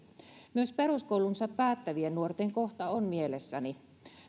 myös peruskoulunsa päättävien nuorten kohtalo on mielessäni